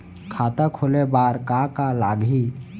खाता खोले बार का का लागही?